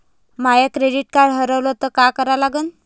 माय credit card हारवलं तर काय करा लागन?